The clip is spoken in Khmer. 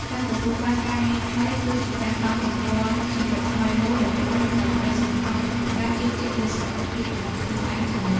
ការទទួលបានការងារថ្មីគឺជាការបើកទំព័រជីវិតថ្មីមួយដែលពោរពេញដោយក្ដីសង្ឃឹមនិងការជឿជាក់លើសមត្ថភាពរបស់ខ្លួនឯងជានិច្ច។